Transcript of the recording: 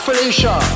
Felicia